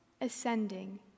ascending